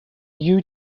you